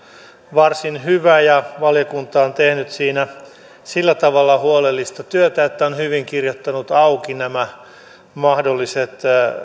varsin hyvä ja ja valiokunta on tehnyt siinä sillä tavalla huolellista työtä että on hyvin kirjoittanut auki nämä mahdolliset